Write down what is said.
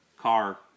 car